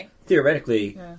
theoretically